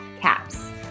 caps